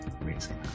Amazing